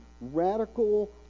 radical